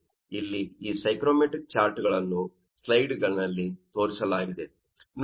ಇಲ್ಲಿ ಈ ಸೈಕ್ರೋಮೆಟ್ರಿಕ್ ಚಾರ್ಟ್ಗಳನ್ನು ಸ್ಲೈಡ್ನಲ್ಲಿ ತೋರಿಸಲಾಗಿದೆ ನೋಡಿ